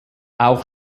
auch